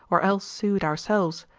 or else sued ourselves,